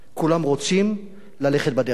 כולם רוצים ללכת בדרך שלך.